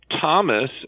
Thomas